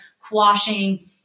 quashing